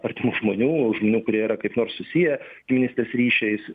artimų žmonių iš žmonių kurie yra kaip nors susiję giminystės ryšiais